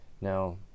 Now